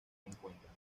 encuentran